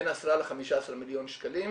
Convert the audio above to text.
בין 10 ל-15 מיליון שקלים,